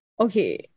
Okay